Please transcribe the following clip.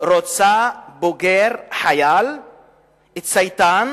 רוצה בוגר חייל צייתן,